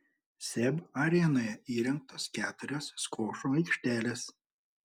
seb arenoje įrengtos keturios skvošo aikštelės